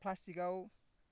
प्लास्टिकाव